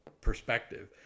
perspective